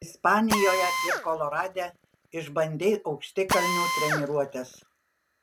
ispanijoje ir kolorade išbandei aukštikalnių treniruotes